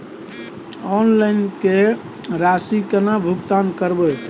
Online loan के राशि केना भुगतान करबे?